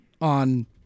on